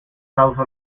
causa